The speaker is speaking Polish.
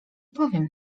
powiem